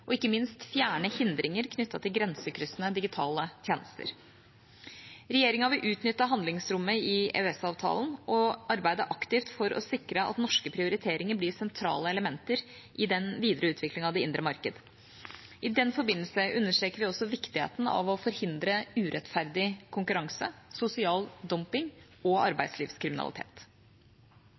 og ikke minst fjerne hindringer knyttet til grensekryssende digitale tjenester. Regjeringa vil utnytte handlingsrommet i EØS-avtalen og arbeide aktivt for å sikre at norske prioriteringer blir sentrale elementer i den videre utviklingen av det indre marked. I den forbindelse understreker vi også viktigheten av å forhindre urettferdig konkurranse, sosial dumping og arbeidslivskriminalitet.